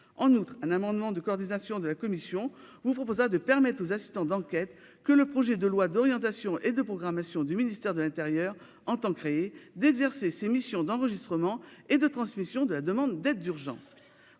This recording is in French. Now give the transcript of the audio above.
En outre, un amendement de coordination de la commission aura pour objet de permettre aux assistants d'enquête, que le projet de loi d'orientation et de programmation du ministère de l'intérieur entend créer, d'exercer ces missions d'enregistrement et de transmission de la demande d'aide d'urgence.